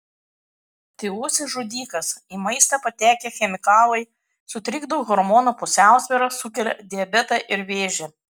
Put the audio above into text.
tylusis žudikas į maistą patekę chemikalai sutrikdo hormonų pusiausvyrą sukelia diabetą ir vėžį